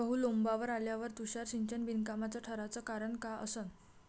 गहू लोम्बावर आल्यावर तुषार सिंचन बिनकामाचं ठराचं कारन का असन?